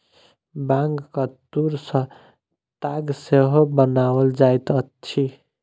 बांगक तूर सॅ ताग सेहो बनाओल जाइत अछि